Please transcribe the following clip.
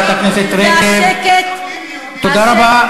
חברת הכנסת רגב, תודה רבה.